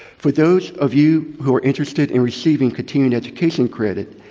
for those of you who are interested in receiving continued education credit,